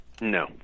No